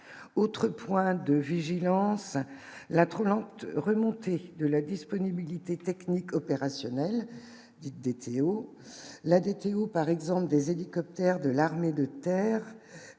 autre point de vigilance, la trop lente remontée de la disponibilité. Technique opérationnel des Thilo la par exemple, des hélicoptères de l'armée de terre